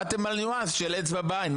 באתם על ניואנס של אצבע בעין.